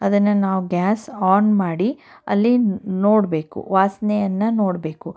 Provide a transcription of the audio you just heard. ಅದನ್ನು ನಾವು gas on ಮಾಡಿ ಅಲ್ಲಿ ನೋಡಬೇಕು ವಾಸನೆಯನ್ನು ನೋಡಬೇಕು